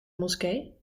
moskee